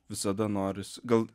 visada noris gal